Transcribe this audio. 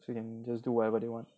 so you can just do whatever they want